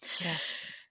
yes